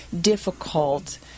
difficult